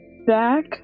back